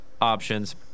options